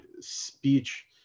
speech